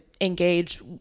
engage